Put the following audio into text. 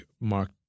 Mark